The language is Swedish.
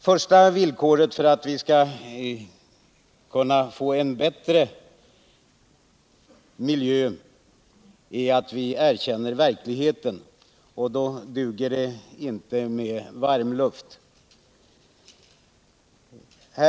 Första villkoret för att vi skall kunna få en bättre miljö är att vi erkänner verkligheten, och då duger det inte med varmluft.